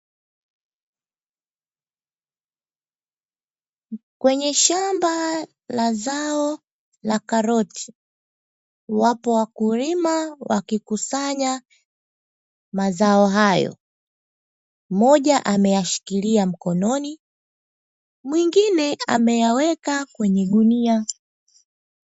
Kwenye shamba la zao la karoti, wapo wakulima wakikusanya mazao hayo, mmoja ameyashikilia mkononi, mwingine ameyaweka kwenye gunia.